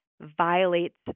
violates